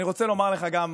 אני רוצה לומר לך גם